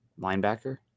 Linebacker